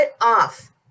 off